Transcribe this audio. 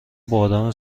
بادام